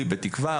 בתקווה,